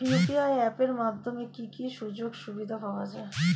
UPI app এর মাধ্যমে কি কি সুবিধা পাওয়া যায়?